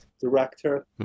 director